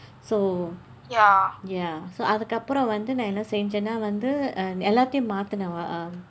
so ya so அதுக்கு அப்புறம் வந்து நான் என்ன செய்தேன் என்றால் வந்து எல்லாத்தையும் மாற்றினேன்:athukku appuram vandthu naan enna seytheen enraal vandthu ellaaththaiyum marrineen um